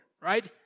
right